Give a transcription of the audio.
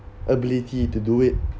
ability to do it